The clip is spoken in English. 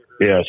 Yes